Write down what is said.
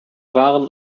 waren